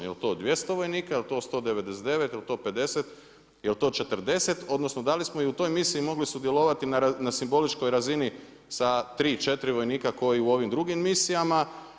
Jel to 200 vojnika jel to 199, jel to 50, jel to 40 odnosno da li smo i u toj misiji mogli sudjelovati na simboličkoj razini sa 3, 4 vojnika kao i u ovim drugim misijama?